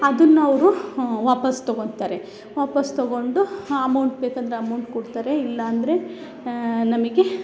ಅದನ್ನ ಅವರು ವಾಪಾಸ್ ತಗೋತಾರೆ ವಾಪಾಸ್ ತಗೊಂಡು ಅಮೌಂಟ್ ಬೇಕಂದರೆ ಅಮೌಂಟ್ ಕೊಡ್ತಾರೆ ಇಲ್ಲ ಅಂದರೆ ನಮಗೆ